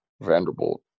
Vanderbilt